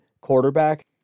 quarterback